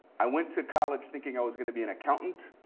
i went to college thinking i was going to be an accountant.